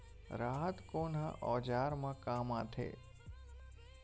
राहत कोन ह औजार मा काम आथे?